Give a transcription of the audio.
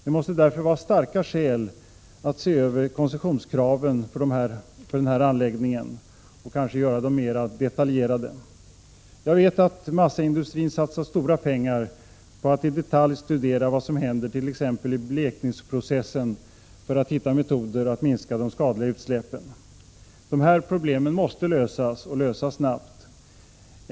Det finns därför starka skäl att se över koncessionskraven för denna anläggning och kanske göra dem mer detaljerade. Jag vet att massaindustrin satsar stora pengar på att i detalj studera vad som händer t.ex. i blekningsprocessen för att hitta metoder att minska de skadliga utsläppen. De här problemen måste lösas och lösas snabbt.